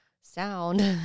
sound